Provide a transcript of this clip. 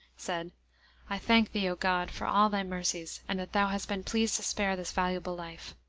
said i thank thee, o god! for all thy mercies, and that thou hast been pleased to spare this valuable life.